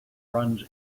runs